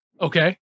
Okay